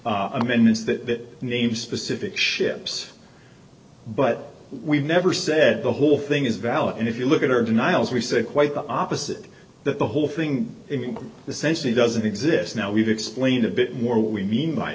amendments that name specific ships but we've never said the whole thing is valid and if you look at our denials we say quite the opposite that the whole thing in the century doesn't exist now we've explained a bit more what we mean by